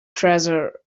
treasure